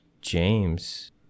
james